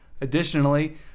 Additionally